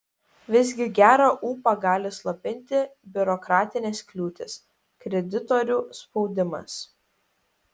visgi gerą ūpą gali slopinti biurokratinės kliūtys kreditorių spaudimas